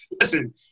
listen